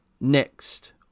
Next